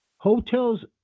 Hotels